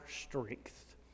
strength